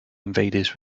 invaders